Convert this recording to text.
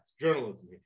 journalism